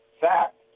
fact